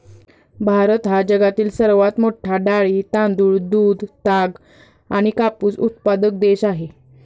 भारत हा जगातील सर्वात मोठा डाळी, तांदूळ, दूध, ताग आणि कापूस उत्पादक देश आहे